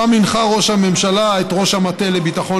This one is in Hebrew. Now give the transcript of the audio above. ושם הנחה ראש הממשלה את ראש המטה לביטחון